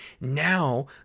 now